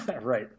right